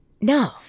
No